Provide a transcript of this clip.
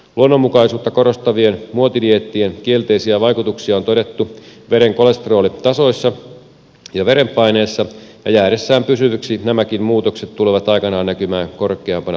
luonnonmukaisuutta korostavien muotidieettien kielteisiä vaikutuksia on todettu veren kolesterolitasoissa ja verenpaineessa ja jäädessään pysyviksi nämäkin muutokset tulevat aikanaan näkymään korkeampana sydäntautikuolleisuutena